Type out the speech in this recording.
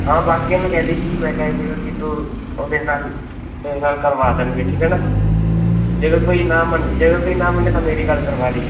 ਹਾਂ ਬਾਕੀ ਨੂੰ ਕਹਿ ਦੀ ਕੀ ਮੈਂ ਕਿਹਾ ਸੀਗਾ ਕਿ ਤੂੰ ਉਹਦੇ ਨਾਲ ਤੇਰੇ ਨਾਲ ਕਰਵਾ ਦੇਣਗੇ ਠੀਕ ਹੈ ਨਾ ਜੇਕਰ ਕੋਈ ਨਾ ਜੇਕਰ ਕੋਈ ਨਾ ਮੰਨੇ ਤਾਂ ਮੇਰੀ ਗੱਲ ਕਰਵਾ ਦੀ